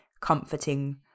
comforting